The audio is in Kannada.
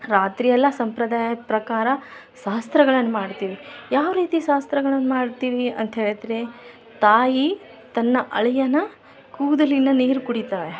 ರಾತ್ರಿಯೆಲ್ಲ ಸಂಪ್ರದಾಯದ ಪ್ರಕಾರ ಶಾಸ್ತ್ರಗಳನ್ ಮಾಡ್ತೀವಿ ಯಾವ ರೀತಿ ಶಾಸ್ತ್ರಗಳನ್ ಮಾಡ್ತೀವಿ ಅಂತೇಳಿದರೆ ತಾಯಿ ತನ್ನ ಅಳಿಯನ ಕೂದಲಿನ ನೀರು ಕುಡಿತಾಳೆ